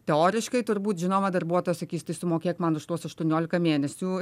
teoriškai turbūt žinoma darbuotojas sakys tai sumokėk man už tuos aštuoniolika mėnesių